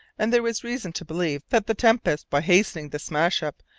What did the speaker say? and there was reason to believe that the tempest, by hastening the smash-up,